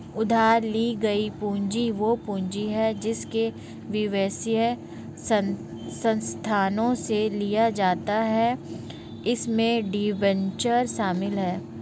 उधार ली गई पूंजी वह पूंजी है जिसे व्यवसाय संस्थानों से लिया जाता है इसमें डिबेंचर शामिल हैं